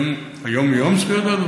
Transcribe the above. היום.